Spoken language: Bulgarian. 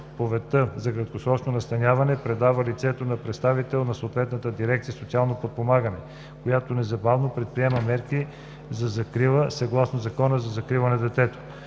заповедта за краткосрочно настаняване, предава лицето на представител на съответната дирекция „Социално подпомагане“, която незабавно предприема мерки за закрила съгласно Закона за закрила на детето.